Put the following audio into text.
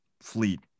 fleet